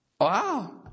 Wow